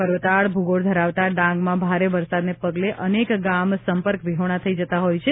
પર્વતાળ ભૂગોળ ધરાવતા ડાંગમાં ભારે વરસાદને પગલે અનેક ગામ સંપર્કવિહોણા થઇ જતા હોય છે